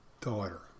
daughter